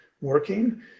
working